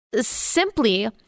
simply